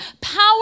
Power